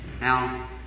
Now